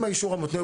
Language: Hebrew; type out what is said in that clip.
עם האישור המותנה,